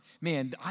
man